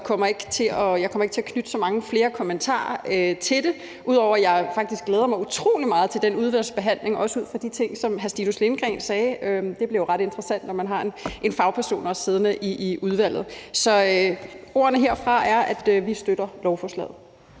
jeg kommer ikke til at knytte så mange flere kommentarer til det, ud over at jeg faktisk glæder mig utrolig meget til den udvalgsbehandling, også på baggrund af de ting, som hr. Stinus Lindgreen sagde. Det bliver jo ret interessant, når man har en fagperson siddende i udvalget. Så ordene herfra er, at vi støtter lovforslaget.